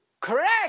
Correct